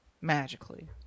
Magically